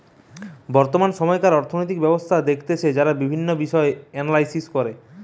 বর্তমান সময়কার অর্থনৈতিক ব্যবস্থা দেখতেছে যারা বিভিন্ন বিষয় এনালাইস করে